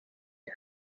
and